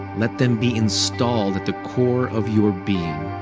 let them be installed at the core of your being.